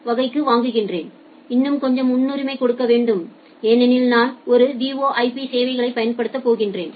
ஆனால் வகை 1 போக்குவரத்தில் நீங்கள் எனது போக்குவரத்திற்கு இன்னும் கொஞ்சம் முன்னுரிமை கொடுக்க வேண்டும் ஏனெனில் நான் ஒரு VoIP சேவைகளைப் பயன்படுத்தப் போகிறேன்